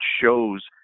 shows